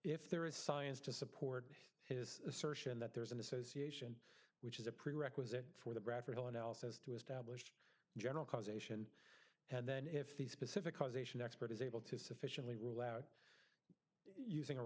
if there is science to support his assertion that there is an association which is a prerequisite for the brad friedel analysis to establish general causation and then if the specific causation expert is able to sufficiently rule out using a